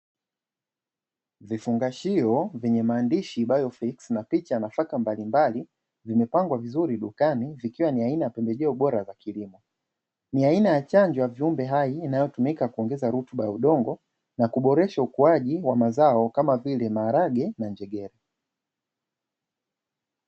Vifungashio vyenye maandishi 'biofloc' na picha na picha mbalimbali, ni mpango mzuri kabisa ikiwa ni aina ya kuongezea ubora wa masheo. Ni aina ya chanjo ya viumbe hai inayotumika kuongeza rutuba ya udongo na kuboresha ukuaji wa mazao kama vile maharagwe na njugumawe.